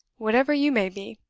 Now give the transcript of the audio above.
whatever you may be.